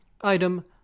Item